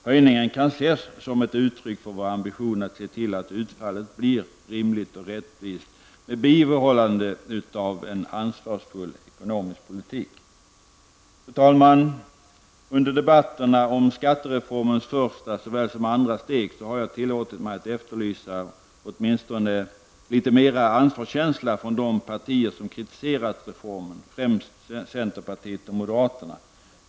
Höjningen kan ses som ett uttryck för vår ambition att se till att utfallet blir rimligt och rättvist med bibehållande av en ansvarsfull ekonomisk politik. Fru talman! Under debatterna om skattereformens första såväl som andra steg har jag tillåtit mig att efterlysa åtminstone litet mera ansvarskänsla från de partier som kritiserat reformen, främst centerpartiet och moderaterna.